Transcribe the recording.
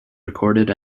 recorded